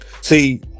See